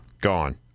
Gone